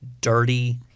dirty